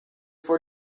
for